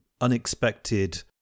unexpected